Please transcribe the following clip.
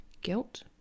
Guilt